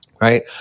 right